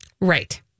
Right